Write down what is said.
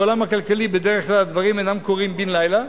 בעולם הכלכלי בדרך כלל הדברים אינם קורים בן-לילה,